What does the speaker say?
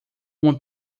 uma